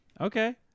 Okay